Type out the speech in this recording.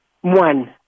one